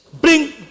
Bring